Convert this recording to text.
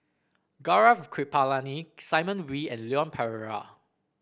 Gaurav Kripalani Simon Wee and Leon Perera